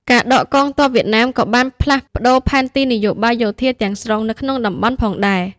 ការដកទ័ពវៀតណាមក៏បានផ្លាស់ប្តូរផែនទីនយោបាយយោធាទាំងស្រុងនៅក្នុងតំបន់ផងដែរ។